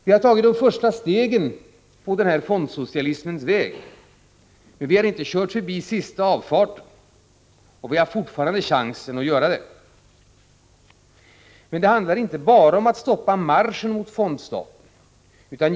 Vi har tagit de första stegen på denna fondsocialismens väg. Vi har emellertid inte kört förbi sista avfarten, vi har fortfarande chansen att göra det. Det handlar inte bara om att stoppa marschen mot fondstaten.